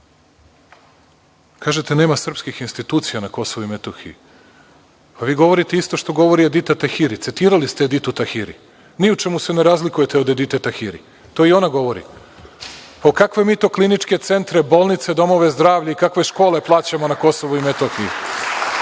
Kažete nema srpskih institucija na Kosovu i Metohiji. Pa, vi govorite isto kao što govori Edita Tahiri, citirali ste Editu Tahiri, ni u čemu se ne razlikujete od Edite Tahiri, to i ona govori. Kakve mi to kliničke centre, bolnice, domove zdravlja i kakve škole plaćamo na Kosovu i Metohiji?